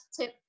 tip